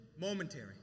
Momentary